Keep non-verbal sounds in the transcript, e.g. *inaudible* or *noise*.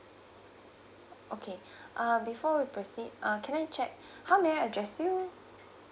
okay *breath* uh before we proceed uh can I check how may I address you